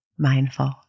Mindful